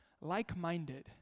like-minded